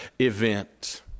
event